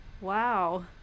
Wow